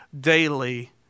daily